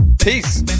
Peace